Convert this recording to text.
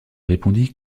répondit